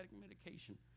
medication